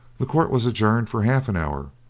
the court was adjourned for half an hour,